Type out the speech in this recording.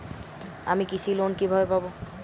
আমি কৃষি লোন কিভাবে পাবো?